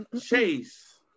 Chase